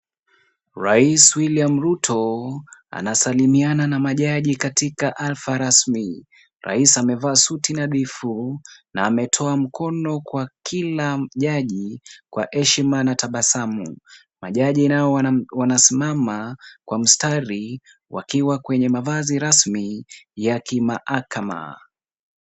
Rais William Ruto, anasalimiana na majaji katika alfa rasmi. Rais amevaa suti nadhifu na ametoa mkono kwa kila mjaji kwa heshima na tabasamu. Majaji nao wanasimama kwa mstari, wakiwa kwenye mavazi rasmi ya kimahakama.